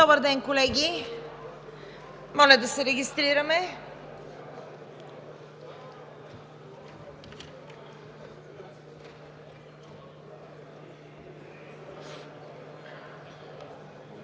Добър ден, колеги! Моля да се регистрираме.